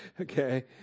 Okay